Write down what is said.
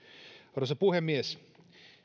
arvoisa puhemies